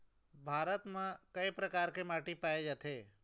भारत म कय प्रकार के माटी पाए जाथे?